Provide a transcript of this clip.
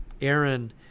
Aaron